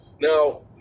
Now